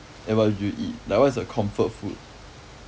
and what would you eat like what's your comfort food